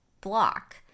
block